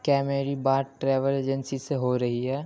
کیا میری بات ٹریول ایجنسی سے ہو رہی ہے